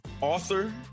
author